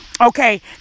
Okay